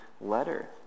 letter